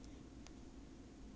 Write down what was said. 对 lor 你还 bully 她